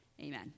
Amen